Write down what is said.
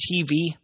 TV